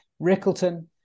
Rickleton